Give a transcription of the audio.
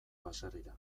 baserrira